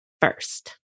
first